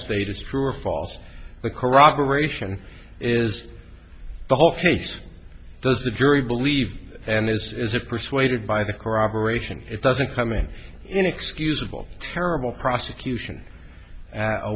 state is true or false the corroboration is the whole case does the jury believe and is it persuaded by the corroboration it doesn't come in inexcusable terrible prosecution